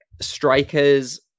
Strikers